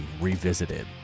Revisited